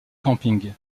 camping